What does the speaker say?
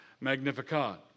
Magnificat